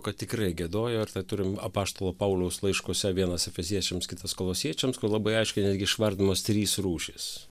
kad tikrai giedojo ir tai turim apaštalo pauliaus laiškuose vienas efeziečiams kitas kolosiečiams kur labai aiškiai netgi išvardinamos trys rūšys